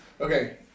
Okay